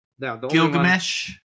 Gilgamesh